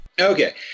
Okay